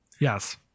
Yes